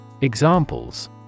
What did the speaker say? Examples